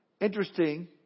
Interesting